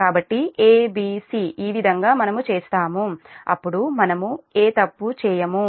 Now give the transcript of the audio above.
కాబట్టి A B C ఈ విధంగా మనము చేస్తాము అప్పుడు మనము ఏ తప్పు చేయము